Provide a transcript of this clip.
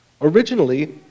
Originally